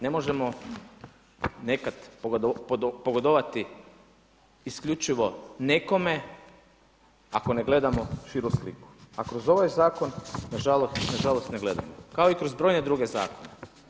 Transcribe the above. Ne možemo nekad pogodovati isključivo nekome ako ne gledamo širu sliku, a kroz ovaj zakon nažalost ne gledamo, kao i kroz brojne druge zakone.